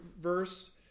verse